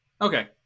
Okay